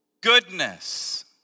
goodness